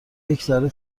یکذره